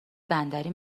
بندری